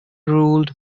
ruled